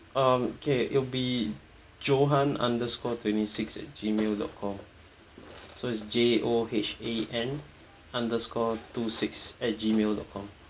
um K it'll be johan underscore twenty six at G mail dot com so it's J O H A N underscore two six at G mail dot com